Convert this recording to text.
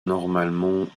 normalement